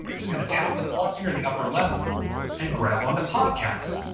just gonna tap the plus here in the upper left and grab on to podcasts.